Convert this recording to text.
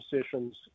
sessions